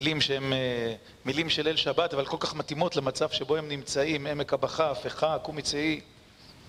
מילים שהן מילים של אל שבת, אבל כל כך מתאימות למצב שבו הם נמצאים, עמק הבכה, הפיכה, קומי צאי.